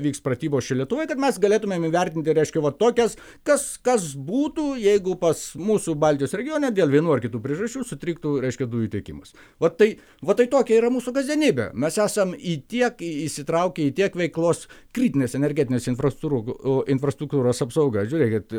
vyks pratybos čia lietuvoj kad mes galėtumėm įvertinti reiškia va tokias kas kas būtų jeigu pas mūsų baltijos regione dėl vienų ar kitų priežasčių sutriktų reiškia dujų tiekimas o tai vat tai tokia yra mūsų kasdienybė mes esam į tiek įsitraukę į tiek veiklos kritinės energetinės infrastrug infrastruktūros apsauga žiūrėkit